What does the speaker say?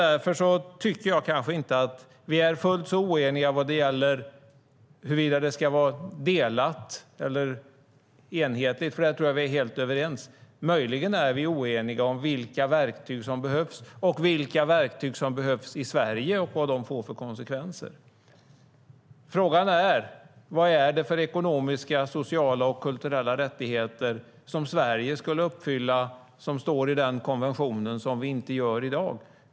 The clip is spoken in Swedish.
Därför är vi kanske inte fullt så oeniga vad gäller om det ska vara delat eller enhetligt, utan här tror jag att vi är helt överens. Möjligen är vi oeniga om vilka verktyg som behövs och vilka verktyg som behövs i Sverige och vad de får för konsekvenser. Frågan är vad det är för ekonomiska, sociala och kulturella rättigheter som Sverige enligt konventionen ska uppfylla som vi inte uppfyller i dag.